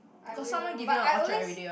I really don't know but I always